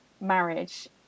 marriage